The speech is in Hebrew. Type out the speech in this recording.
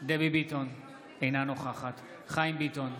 דבי ביטון, אינה נוכחת חיים ביטון,